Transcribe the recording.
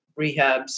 rehabs